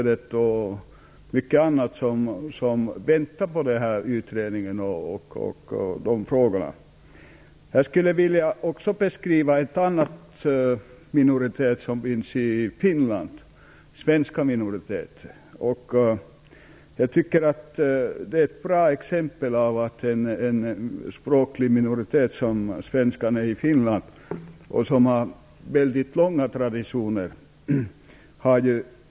Det gäller t.ex. finska riksteatern och tidningsstödet. Jag skulle också vilja beskriva en annan minoritet som finns i Finland, nämligen den svenska minoriteten. Svenskarna i Finland är ett bra exempel på en språklig minoritet med mycket lång tradition.